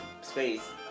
Space